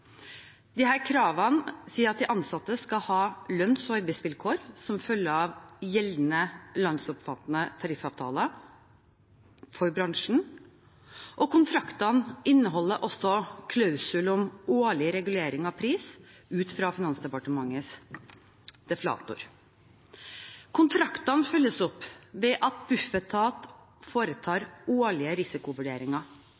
de ansatte skal ha lønns- og arbeidsvilkår som følger av de gjeldende landsomfattende tariffavtaler for bransjen. Kontraktene inneholder også klausul om årlig regulering av pris ut fra Finansdepartementets deflator. Kontraktene følges opp ved at Bufetat